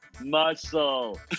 muscle